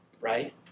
right